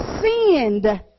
Sinned